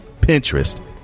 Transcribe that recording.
Pinterest